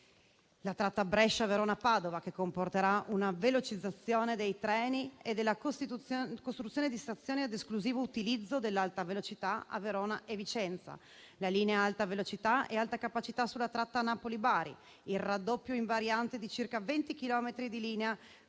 la tratta Brescia-Verona-Padova, che comporterà una velocizzazione dei treni e la costruzione di stazioni ad esclusivo utilizzo dell'Alta velocità a Verona e Vicenza; la linea Alta velocità-Alta capacità sulla tratta Napoli-Bari; il raddoppio in variante di circa 20 chilometri di linea